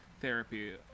therapy